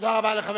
תודה רבה לחבר